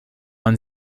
man